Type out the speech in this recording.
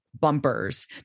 bumpers